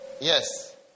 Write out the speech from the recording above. yes